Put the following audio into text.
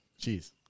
Cheers